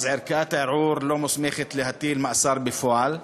אז ערכאת הערעור לא מוסמכת להטיל מאסר בפועל.